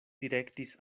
direktis